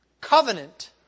covenant